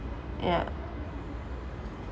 ya